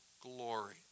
glory